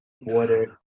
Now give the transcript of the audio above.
water